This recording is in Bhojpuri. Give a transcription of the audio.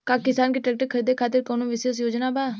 का किसान के ट्रैक्टर खरीदें खातिर कउनों विशेष योजना बा?